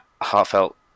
heartfelt